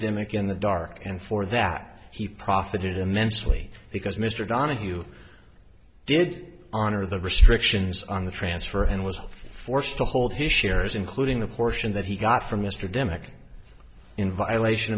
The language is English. dimmick in the dark and for that he profited immensely because mr donohue did honor the restrictions on the transfer and was forced to hold his shares including the portion that he got from mr demick in violation